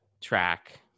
track